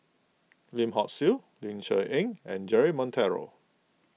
Lim Hock Siew Ling Cher Eng and Jeremy Monteiro